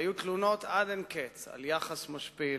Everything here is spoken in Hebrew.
והיו תלונות עד אין קץ על יחס משפיל,